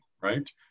right